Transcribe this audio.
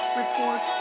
report